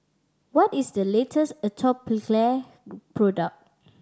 what is the latest Atopiclair product